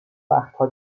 وقتها